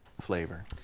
flavor